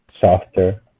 softer